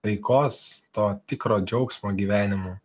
taikos to tikro džiaugsmo gyvenimu